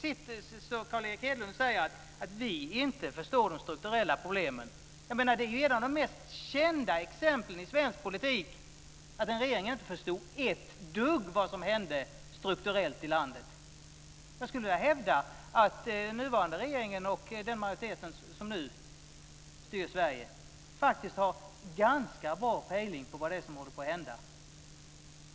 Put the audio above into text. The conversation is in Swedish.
Sedan står Carl Erik Hedlund här och säger att vi inte förstår de strukturella problemen. Detta är ju ett av de mest kända exemplen i svensk politik på att en regering inte förstod ett dugg av vad som hände strukturellt i landet. Jag skulle vilja hävda att den nuvarande regeringen och den majoritet som nu styr Sverige faktiskt har ganska bra pejling på vad det är som håller på att hända.